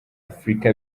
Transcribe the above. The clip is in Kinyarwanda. afurika